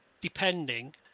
Depending